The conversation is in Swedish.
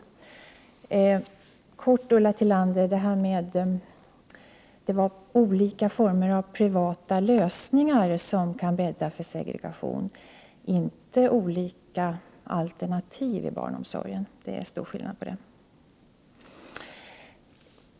Helt kort till Ulla Tillander: Jag menade att olika former av privata lösningar kan bädda för segregation, inte olika alternativ i barnomsorgen. Det är en stor skillnad.